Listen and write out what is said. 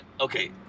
okay